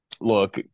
look